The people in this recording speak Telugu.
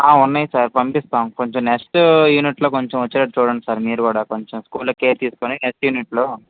ఉన్నాయి సార్ పంపిస్తాము కొంచం నెక్స్ట్ యూనిట్లో కొంచెం వచ్చేడట్టు చూడండి సార్ మీరు కూడా కొంచెం స్కూల్లో కేర్ తీసుకుని నెక్స్ట్ యూనిట్లో